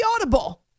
audible